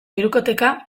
hirukoteka